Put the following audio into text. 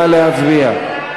נא להצביע.